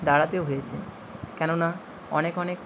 দাঁড়াতে হয়েছে কেননা অনেক অনেক